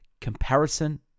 comparison